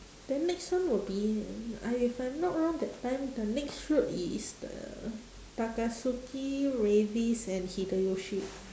then next one will be I if I'm not wrong that time the next route is the takatsuki and hideyoshi